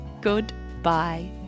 goodbye